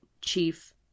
chief